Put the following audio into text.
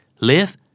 live